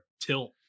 tilt